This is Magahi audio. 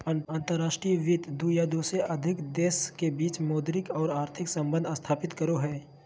अंतर्राष्ट्रीय वित्त दू या दू से अधिक देश के बीच मौद्रिक आर आर्थिक सम्बंध स्थापित करो हय